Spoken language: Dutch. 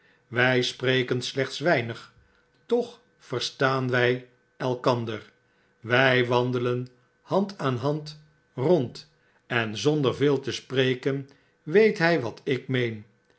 wij spreken slechts weinig toch verstaan wy elkander wij wandelen hand aan hand rond en zonder veel te spreken weet hij wat ik meen